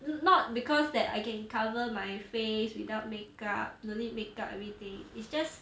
no~ not because that I can cover my face without make up don't need make up everything it's just